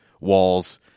walls